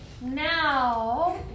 now